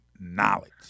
knowledge